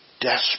Desperate